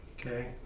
okay